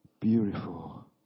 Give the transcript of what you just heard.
beautiful